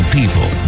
People